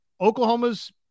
Oklahoma's